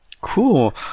Cool